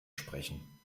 sprechen